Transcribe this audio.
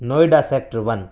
Noida sector one